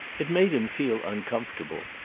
it made him feel uncomfortable,